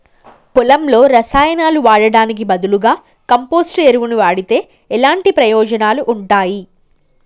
పొలంలో రసాయనాలు వాడటానికి బదులుగా కంపోస్ట్ ఎరువును వాడితే ఎలాంటి ప్రయోజనాలు ఉంటాయి?